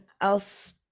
else